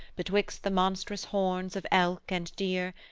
betwixt the monstrous horns of elk and deer,